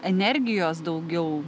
energijos daugiau